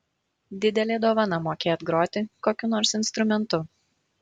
didelė dovana mokėt groti kokiu nors instrumentu